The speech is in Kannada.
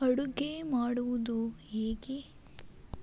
ಅಡುಗೆ ಮಾಡುವುದು ಹೇಗೆ